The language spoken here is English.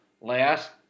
last